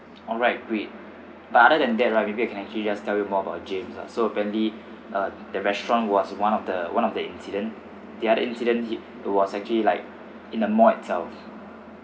alright great but other than that right maybe I can actually just tell you more about james ah so apparently uh the restaurant was one of the one of the incident the other incident he was actually like in the mall itself